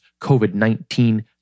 COVID-19